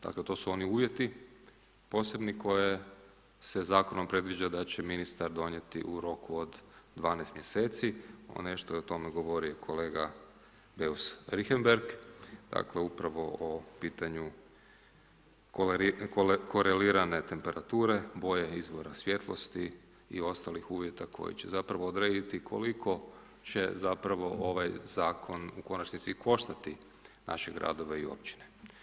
Dakle to su oni uvjeti posebni za koje se zakonom predviđa da će ministar donijeti u roku od 12 mjeseci a nešto je o tome govori i kolega Beus Richemberg, dakle upravo o pitanju korelirane temperature, boje izvora svijetlosti i ostalih uvjeta koji će zapravo odrediti koliko će zapravo ovaj zakon u konačnici koštati naše gradove i općine.